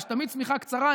יש תמיד שמיכה קצרה,